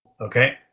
Okay